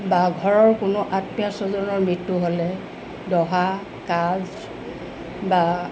বা ঘৰৰ কোনো আত্মীয় স্বজনৰ মৃত্যু হ'লে দহা কাজ বা